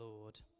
lord